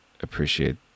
appreciate